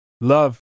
Love